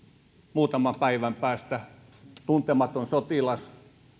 muutaman päivän päästä tuntematon sotilas